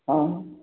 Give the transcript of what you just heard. हँ